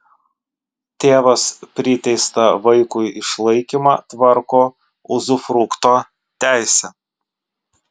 tėvas priteistą vaikui išlaikymą tvarko uzufrukto teise